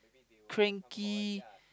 cranky